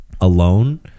alone